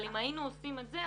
אבל אם היינו עושים את זה,